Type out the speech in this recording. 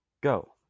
Go